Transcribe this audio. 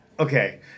Okay